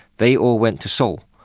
they all went to seoul,